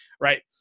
right